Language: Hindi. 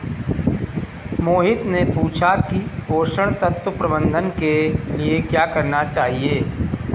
मोहित ने पूछा कि पोषण तत्व प्रबंधन के लिए क्या करना चाहिए?